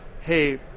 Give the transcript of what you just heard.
hey